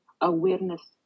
awareness